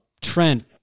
Trent